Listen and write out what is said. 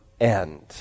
end